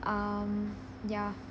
um ya